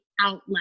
outlet